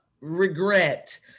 regret